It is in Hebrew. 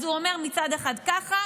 אז הוא אומר מצד אחד ככה,